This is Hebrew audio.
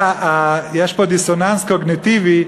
יש פה דיסוננס קוגניטיבי,